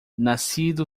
nascido